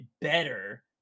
better